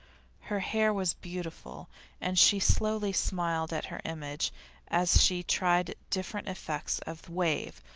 her hair was beautiful and she slowly smiled at her image as she tried different effects of wave,